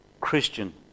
Christian